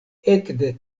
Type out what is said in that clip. ekde